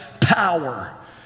power